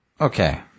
Okay